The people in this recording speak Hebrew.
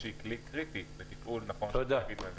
שהיא כלי קריטי בתפעול נכון של התאגידים.